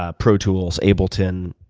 ah pro tools, ableton,